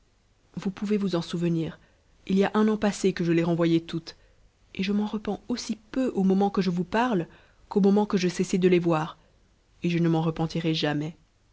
vous pouvez vous en souvenir il y a un an msë que je les renvoyai toutes et je m'en repens aussi peu au moment ueje vous en parle qu'au moment que je cessai de les voir et je ne m'en repentirai jamais